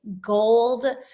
gold